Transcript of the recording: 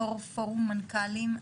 יו"ר פורום מנכ"לים,